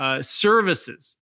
Services